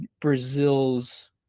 Brazil's